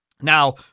Now